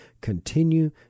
continue